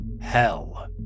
hell